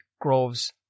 Groves